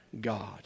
God